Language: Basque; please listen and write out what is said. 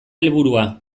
helburua